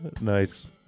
Nice